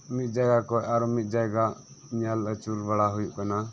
ᱢᱤᱜ ᱡᱟᱭᱜᱟ ᱠᱷᱚᱡ ᱟᱨᱚ ᱢᱤᱜ ᱡᱟᱭᱜᱟ ᱧᱮᱞ ᱟᱪᱩᱨ ᱵᱟᱲᱟ ᱦᱩᱭᱩᱜ ᱠᱟᱱᱟ